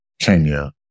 Kenya